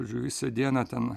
ir visą dieną ten